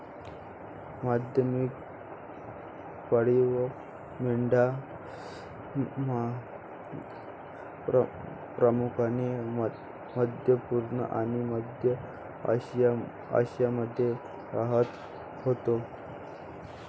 प्रथम पाळीव मेंढ्या प्रामुख्याने मध्य पूर्व आणि मध्य आशियामध्ये राहत होत्या